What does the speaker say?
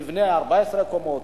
מבנה של 14 קומות,